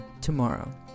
tomorrow